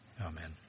Amen